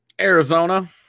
Arizona